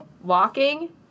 Walking